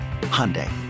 Hyundai